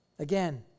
Again